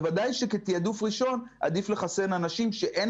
בוודאי שכתעדוף ראשון עדיף לחסן אנשים שאין